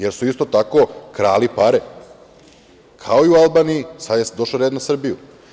Jer su, isto tako, krali pare, kao i u Albaniji, sad je došao red na Srbiju.